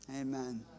Amen